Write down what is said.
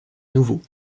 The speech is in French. nouveau